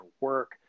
work